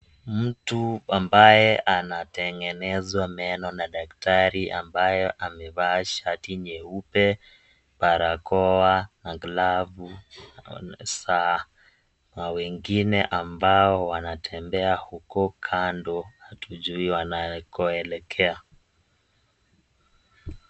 Mtu ambaye anatengenezwa meno na daktari ambaye amevaa shati nyeupe ,barakoa, glavu ,saa na wengine wanatembea huko kando hatujuhi wanakoelekea.